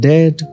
Dead